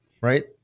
right